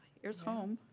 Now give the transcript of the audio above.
here's home.